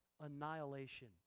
annihilation